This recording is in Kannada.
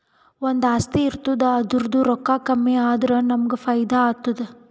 ಒಂದು ಆಸ್ತಿ ಇರ್ತುದ್ ಅದುರ್ದೂ ರೊಕ್ಕಾ ಕಮ್ಮಿ ಆದುರ ನಮ್ಮೂಗ್ ಫೈದಾ ಆತ್ತುದ